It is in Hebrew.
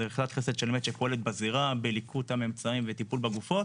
זו יחידת חסד באמת שפועלת בזירה בליקוט המבצעים וטיפול בגופות